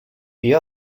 the